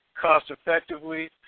cost-effectively